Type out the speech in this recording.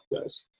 guys